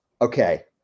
okay